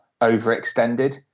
overextended